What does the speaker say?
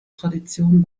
tradition